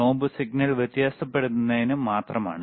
knob signal വ്യത്യാസപ്പെടുത്തുന്നതിന് മാത്രമാണ്